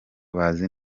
abazi